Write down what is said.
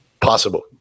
possible